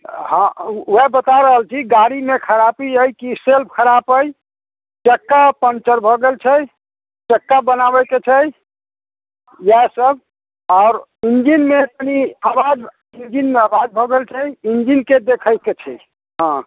हँ वएह बता रहल छी गाड़ीमे खरापी अछि कि सेल्फ खराप अछि चक्का पञ्चर भऽ गेल छै चक्का बनाबै के छै इएह सब आओर इन्जिनमे कनी आवाज इन्जिन मे आवाज भऽ गेल छ इन्जिन के देखैके छै हँ